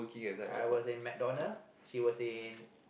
I was in McDonald's she was in